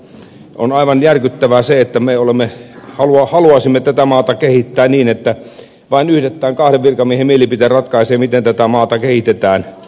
on aivan järkyttävää se että me haluaisimme tätä maata kehittää niin että vain yhden tai kahden virkamiehen mielipiteet ratkaisevat miten tätä maata kehitetään